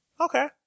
Okay